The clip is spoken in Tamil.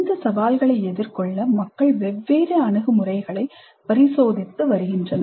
இந்த சவால்களை எதிர்கொள்ள மக்கள் வெவ்வேறு அணுகுமுறைகளை பரிசோதித்து வருகின்றனர்